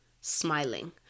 smiling